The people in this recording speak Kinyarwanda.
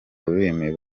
rurimi